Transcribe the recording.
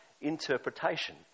interpretation